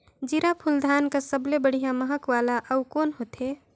जीराफुल धान कस सबले बढ़िया महक वाला अउ कोन होथै?